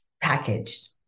packaged